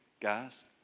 guys